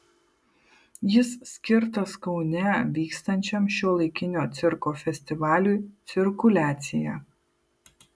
jis skirtas kaune vykstančiam šiuolaikinio cirko festivaliui cirkuliacija